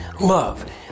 love